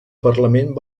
parlament